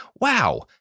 Wow